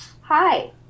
hi